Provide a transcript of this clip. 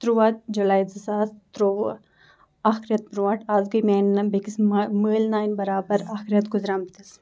تُرٛواہ جُلَے زٕ ساس ترٛوٚوُہ اکھ رٮ۪تھ برٛونٛٹھ آز گٔے میٛانہِ نانہِ بیٚکِس مٲلۍ نانہِ برابر اَکھ رٮ۪تھ گُزریمتِس